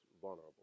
vulnerable